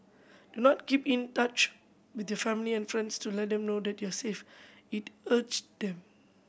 do not keep in touch with your family and friends to let them know that you are safe it urged them